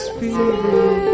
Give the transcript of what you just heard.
Spirit